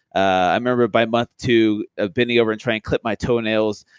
i remember by month two ah bending over and trying and clip my toenails,